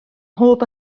mhob